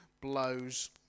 blows